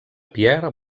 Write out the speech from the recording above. pierre